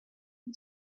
and